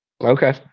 okay